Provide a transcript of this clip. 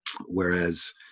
Whereas